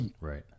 right